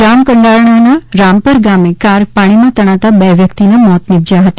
જામકંડારણના રામપર ગામે કાર પાણીમાં તણાતા બે વ્યક્તિના મોત નિપજ્યા હતા